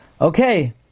Okay